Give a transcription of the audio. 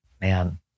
Man